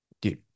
dude